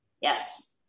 Yes